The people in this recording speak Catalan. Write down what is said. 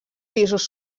pisos